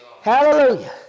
hallelujah